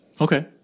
okay